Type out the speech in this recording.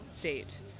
date